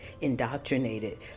indoctrinated